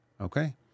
okay